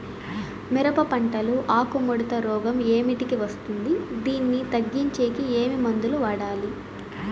మిరప పంట లో ఆకు ముడత రోగం ఏమిటికి వస్తుంది, దీన్ని తగ్గించేకి ఏమి మందులు వాడాలి?